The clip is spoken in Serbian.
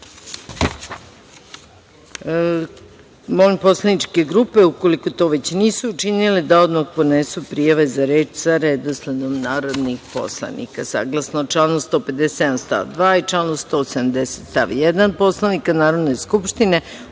reda. Molim poslaničke grupe, ukoliko to već nisu učinile, da odmah podnesu prijave za reč sa redosledom narodnih poslanika. Saglasno članu 157. stav 2. i članu 180. stav 1. Poslovnika Narodne skupštine,